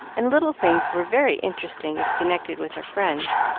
and little things were very interesting if connected with her friends.